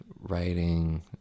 writing